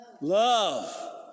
love